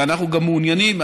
ואנחנו גם מעוניינים,